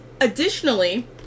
additionally